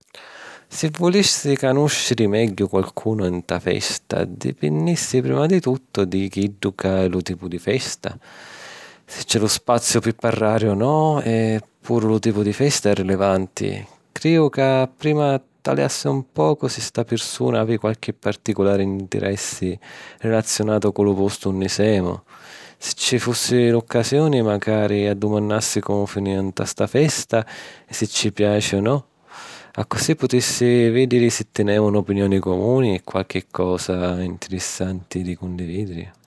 Si vulissi canùsciri megghiu qualcunu nta na festa, dipinnissi prima di tuttu di chiddu ca è lu tipu di festa. Si c’è lu spaziu pi parrari o no, e puru lu tipu di festa è rilevanti. Criju ca prima taliassi un pocu si sta pirsuna havi qualchi particulari interessi rilaziunatu cu lu postu unni semu. Si ci fussi l’occasioni, macari addumannassi comu finìu nta sta festa e si ci piaci o no... accussì putissi vìdiri si tinemu n’opinioni comuni e qualchi cosa ntirissanti di cundividiri.